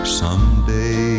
someday